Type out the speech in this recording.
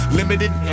limited